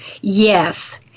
yes